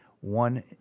One